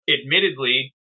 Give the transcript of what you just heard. admittedly